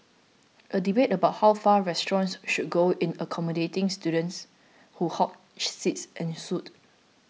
a debate about how far restaurants should go in accommodating students who hog seats ensued